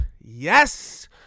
yes